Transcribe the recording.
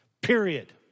Period